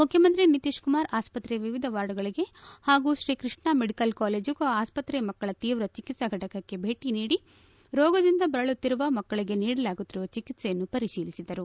ಮುಖ್ಯಮಂತ್ರಿ ನಿತೀಶ್ ಕುಮಾರ್ ಆಸ್ತ್ರೆಯ ವಿವಿಧ ವಾರ್ಡ್ಗಳಿಗೆ ಹಾಗೂ ಶ್ರೀ ಕೃಷ್ಣಾ ಮಡಿಕಲ್ ಕಾಲೇಜು ಹಾಗೂ ಆಸ್ತ್ರೆಯ ಮಕ್ಕಳ ತೀವ್ರ ಚಿಕಿತ್ಸಾ ಘಟಕಕ್ಕೆ ಭೇಟಿ ನೀಡಿ ರೋಗದಿಂದ ಬಳಲುತ್ತಿರುವ ಮಕ್ಕಳಿಗೆ ನೀಡಲಾಗುತ್ತಿರುವ ಚಿಕಿತ್ಸೆಯನ್ನು ಪರಿಶೀಲಿಸಿದರು